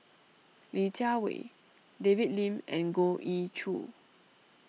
Li Jiawei David Lim and Goh Ee Choo